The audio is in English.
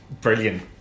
Brilliant